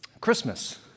Christmas